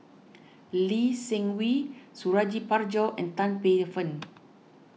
Lee Seng Wee Suradi Parjo and Tan Paey Fern